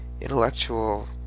intellectual